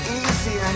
easy